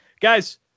Guys